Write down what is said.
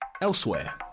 Elsewhere